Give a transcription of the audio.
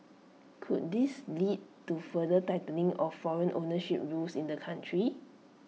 could this lead to further tightening of foreign ownership rules in the country